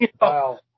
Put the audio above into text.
Wow